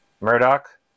Murdoch